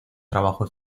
trabajo